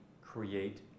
create